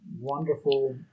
wonderful